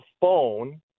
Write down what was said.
phone